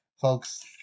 Folks